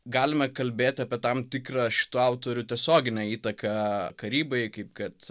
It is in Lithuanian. galime kalbėti apie tam tikrą šitų autorių tiesioginę įtaką karybai kaip kad